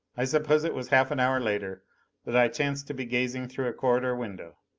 i suppose it was half an hour later that i chanced to be gazing through a corridor window.